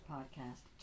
Podcast